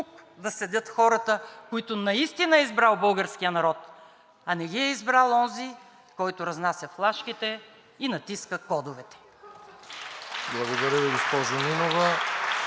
да седят хората, които наистина е избрал българският народ, а не ги е избрал онзи, който разнася флашките и натиска кодовете. (Ръкопляскания